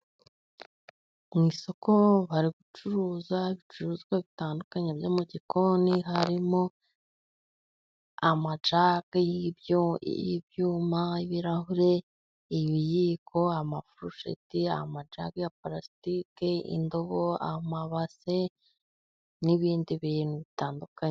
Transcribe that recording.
Mu isoko bari gucuruza ibicuruzwa bitandukanye byo mu gikoni, harimo amajage y'ibyuma, ibirahure, ibiyiko, amafusheti, amajage ya puraistike, indobo, amabase, n'ibindi bintu bitandukanye.